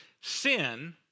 sin